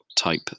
type